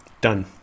Done